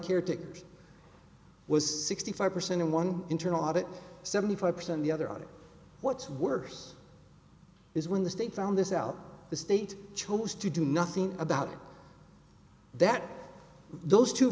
caretakers was sixty five percent in one internal audit seventy five percent the other what's worse is when the state found this out the state chose to do nothing about that those two